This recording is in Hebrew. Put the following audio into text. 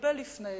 הרבה לפני